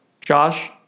Josh